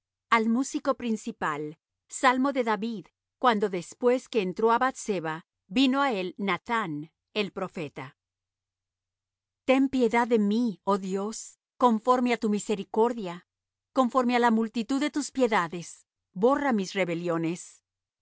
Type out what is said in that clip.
al músico principal salmo de david cuando después que entró á bath sebah vino á él nathán el profeta ten piedad de mí oh dios conforme á tu misericordia conforme á la multitud de tus piedades borra mis rebeliones lávame